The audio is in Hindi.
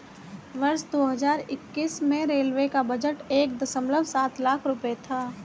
वर्ष दो हज़ार इक्कीस में रेलवे का बजट एक दशमलव सात लाख रूपये था